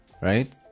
right